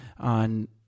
on